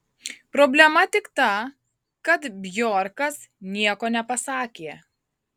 problema tik ta kad bjorkas nieko nepasakė